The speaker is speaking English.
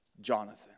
Jonathan